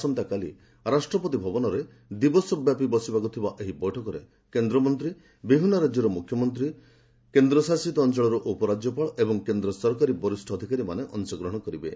ଆସନ୍ତାକାଲି ରାଷ୍ଟ୍ରପତି ଭବନରେ ଦିବସ ବ୍ୟାପୀ ବସିବାକୁ ଥିବା ଏହି ବୈଠକରେ କେନ୍ଦ୍ରମନ୍ତ୍ରୀ ବିଭିନ୍ନ ରାଜ୍ୟର ମୁଖ୍ୟମନ୍ତ୍ରୀ କେନ୍ଦ୍ର ଶାସିତ ଅଞ୍ଚଳର ଉପରାଜ୍ୟପାଳ ଏବଂ କେନ୍ଦ୍ର ସରକାରୀ ବରିଷ୍ଣ ଅଧିକାରୀମାନେ ଅଂଶଗ୍ରହଣ କରିବେ